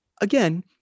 again